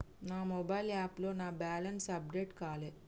నా మొబైల్ యాప్లో నా బ్యాలెన్స్ అప్డేట్ కాలే